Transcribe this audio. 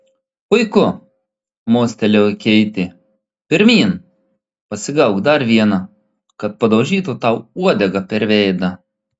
puiku mostelėjo keitė pirmyn pasigauk dar vieną kad padaužytų tau uodega per veidą